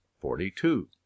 forty-two